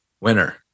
winner